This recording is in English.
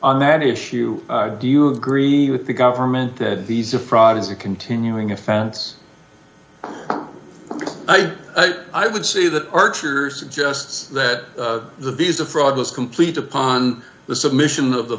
on that issue do you agree with the government that these a fraud is a continuing offense i would say that archer suggests that the visa fraud was complete upon the submission of the